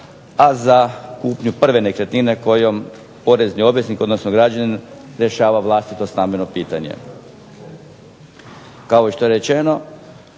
a za kupnju prve nekretnine kojom porezni obveznik odnosno građanin rješava vlastito stambeno pitanje. Kao što je rečeno,